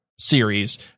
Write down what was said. series